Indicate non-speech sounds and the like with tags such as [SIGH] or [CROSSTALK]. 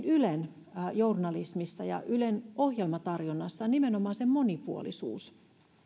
[UNINTELLIGIBLE] ylen journalismissa ja ylen ohjelmatarjonnassa on nimenomaan sen monipuolisuus